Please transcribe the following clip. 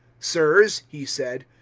sirs, he said,